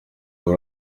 bari